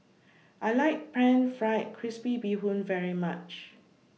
I like Pan Fried Crispy Bee Hoon very much